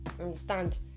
Understand